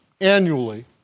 annually